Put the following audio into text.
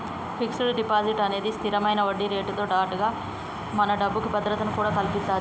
fixed deposit అనేది స్తిరమైన వడ్డీరేటుతో పాటుగా మన డబ్బుకి భద్రతను కూడా కల్పిత్తది